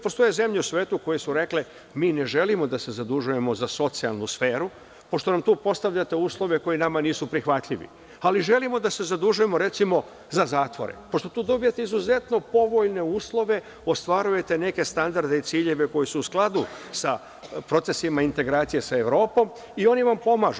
Postoje zemlje u svetu koje su rekle mi ne želimo da se zadužujemo za socijalnu sferu, pošto nam tu postavljate uslove koji nama nisu prihvatljivi, ali želimo da se zadužujemo, recimo, za zatvore, pošto tu dobijete izuzetno povoljne uslove, ostvarujete neke standarde i ciljeve koji su u skladu sa procesima integracije sa Evropom i oni vam pomažu.